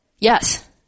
Yes